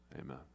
Amen